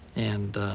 and